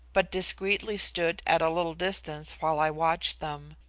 but discreetly stood at a little distance while i watched them.